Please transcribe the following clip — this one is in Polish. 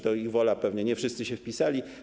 To była ich wola, pewnie nie wszyscy się wpisali.